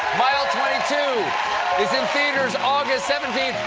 mile twenty two is in theaters august seventeen.